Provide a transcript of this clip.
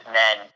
men